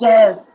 Yes